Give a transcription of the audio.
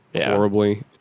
horribly